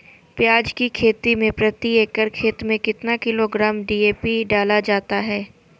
प्याज की खेती में प्रति एकड़ खेत में कितना किलोग्राम डी.ए.पी डाला जाता है?